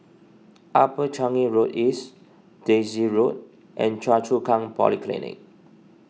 Upper Changi Road East Daisy Road and Choa Chu Kang Polyclinic